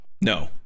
No